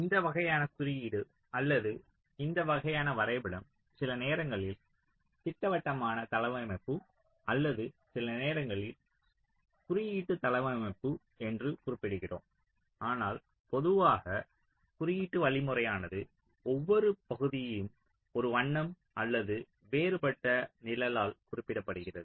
இந்த வகையான குறியீடு அல்லது இந்த வகையான வரைபடம் சில நேரங்களில் திட்டவட்டமான தளவமைப்பு அல்லது சில நேரங்களில் குறியீட்டு தளவமைப்பு என்றும் குறிப்பிடுகிறோம் ஆனால் பொதுவாக குறியீட்டு வழிமுறையானது ஒவ்வொரு பகுதியும் ஒரு வண்ணம் அல்லது வேறுபட்ட நிழலால் குறிக்கப்படுகிறது